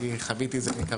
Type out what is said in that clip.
אני חוויתי את זה מקרוב.